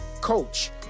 coach